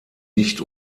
nicht